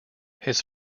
his